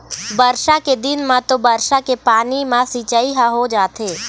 बरसा के दिन म तो बरसा के पानी म सिंचई ह हो जाथे